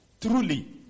truly